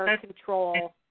control